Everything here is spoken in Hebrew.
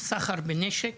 סחר בנשק.